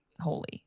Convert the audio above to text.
holy